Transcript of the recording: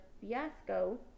Fiasco